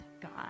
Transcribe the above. God